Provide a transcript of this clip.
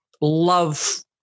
love